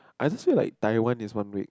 I just feel like Taiwan is one week